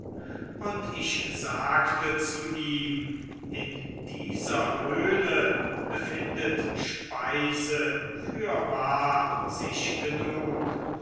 und ich sagte zu ihm in dieser höhle befindet speise fürwahr sich genug